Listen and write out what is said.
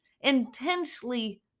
intensely